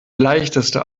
leichteste